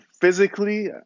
physically